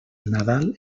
nadal